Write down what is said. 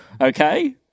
okay